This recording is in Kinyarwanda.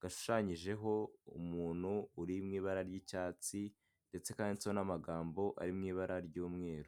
gashushanyijeho umuntu uri mu ibara ry'icyatsi ndetse kanditseho n'amagambo ari mu ibara ry'umweru.